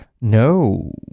No